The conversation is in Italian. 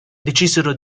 decisero